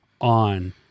on